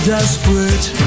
Desperate